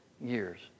years